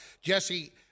Jesse